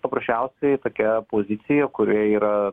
paprasčiausiai tokia pozicija kurioje yra